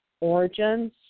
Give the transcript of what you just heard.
origins